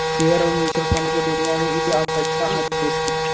share अउर mutual fund के दुनिया मे ई आम तरीका ह निवेश के